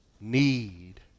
need